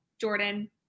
Jordan